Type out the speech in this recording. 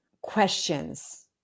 questions